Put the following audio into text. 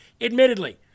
Admittedly